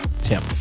Tim